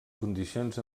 condicions